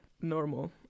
normal